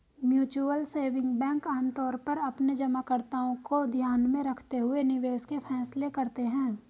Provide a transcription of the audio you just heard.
mutual saving bank आमतौर पर अपने जमाकर्ताओं को ध्यान में रखते हुए निवेश के फैसले करते हैं